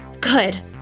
Good